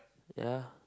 ya